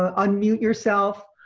ah unmute yourself,